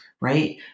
right